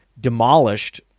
demolished